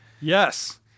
Yes